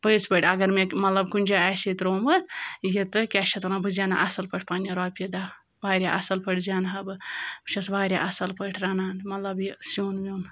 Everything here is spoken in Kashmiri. پٔزۍ پٲٹھۍ اگر مےٚ مطلب کُنہِ جایہِ آسہِ ہے ترٛوومُت یہِ تہٕ کیٛاہ چھِ اَتھ وَنان بہٕ زینہٕ اَصٕل پٲٹھۍ پَنٛنہِ رۄپیہِ دَہ واریاہ اَصٕل پٲٹھۍ زینہٕ ہا بہٕ بہٕ چھٮ۪س واریاہ اَصٕل پٲٹھۍ رَنان مطلب یہِ سیُن ویُن